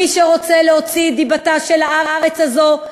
מי שרוצה להוציא את דיבתה של הארץ הזאת,